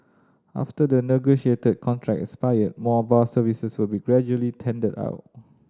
after the negotiated contracts expire more bus services will be gradually tendered out